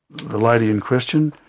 the lady in question,